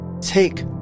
take